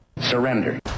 Surrender